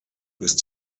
ist